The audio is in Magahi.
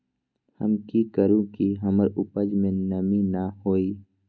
हम की करू की हमर उपज में नमी न होए?